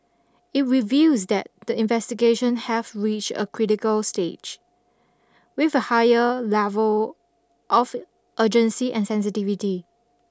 it reveals that the investigations have reached a critical stage with a higher level of urgency and sensitivity